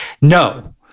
no